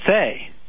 say